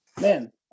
Man